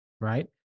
right